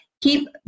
keep